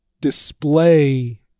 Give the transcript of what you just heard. display